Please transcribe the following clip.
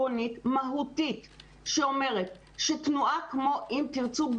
עקרונית ומהותית שאומרת שתנועה כמו "אם תרצו"